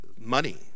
money